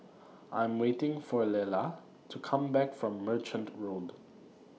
I Am waiting For Lelah to Come Back from Merchant Road